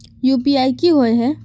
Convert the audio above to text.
UPI की होय है?